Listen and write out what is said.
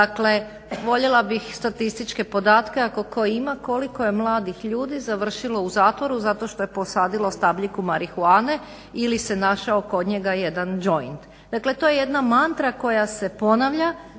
Dakle, voljela bih statističke podatke ako tko ima, koliko je mladih ljudi završilo u zatvoru zato što je posadilo stabljiku marihuane ili se našao kod njega jedan joint. Dakle to je jedna tantra koja se ponavlja.